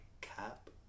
cap